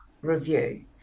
review